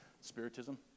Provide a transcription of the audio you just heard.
spiritism